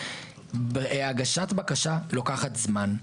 הגשת בקשה לוקחת זמן.